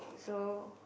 so